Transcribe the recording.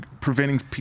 preventing